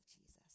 Jesus